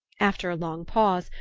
after a long pause,